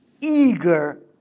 eager